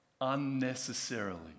unnecessarily